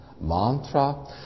Mantra